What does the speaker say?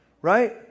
right